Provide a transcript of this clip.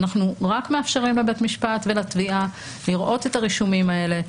אנחנו מאפשרים רק לבית המשפט ולתביעה לראות את הרישומים האלה.